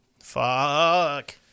Fuck